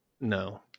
no